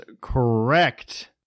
correct